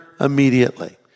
immediately